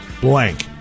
blank